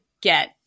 get